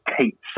Kate